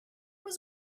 was